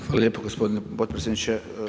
Hvala lijepo gospodine potpredsjedniče.